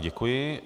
Děkuji.